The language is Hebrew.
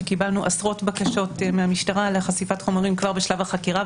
שקיבלנו עשרות בקשות מהמשטרה לחשיפת חומרים כבר בשלב החקירה,